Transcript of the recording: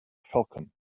falcon